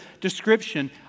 description